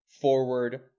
forward